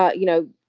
ah you know,